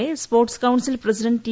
A sports council president T